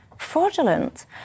fraudulent